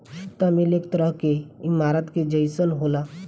सुता मिल एक तरह के ईमारत के जइसन होला